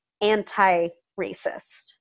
anti-racist